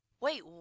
Wait